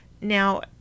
now